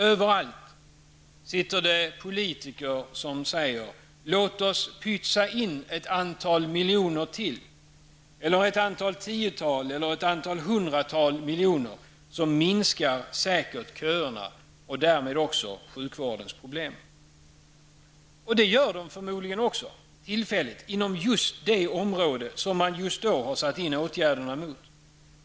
Överallt sitter det politiker som säger: Låt oss pytsa in ett antal miljoner till -- eller ett antal tiotal eller antal hundratal miljoner -- så minskar säkert köerna och därmed också sjukvårdens problem. Och det gör de förmodligen också tillfälligt inom just det område som man just då satt in åtgärderna mot.